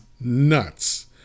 nuts